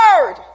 word